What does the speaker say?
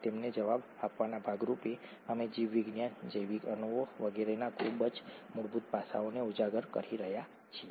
તેમને જવાબ આપવાના ભાગરૂપે અમે જીવવિજ્ઞાન જૈવિક અણુઓ વગેરેના ખૂબ જ મૂળભૂત પાસાઓને ઉજાગર કરી રહ્યા છીએ